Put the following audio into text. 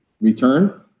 return